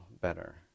better